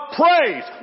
praise